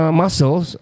muscles